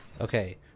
Okay